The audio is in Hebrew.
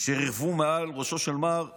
שריחפו מעל ראשו של מר וקסנר.